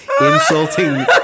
insulting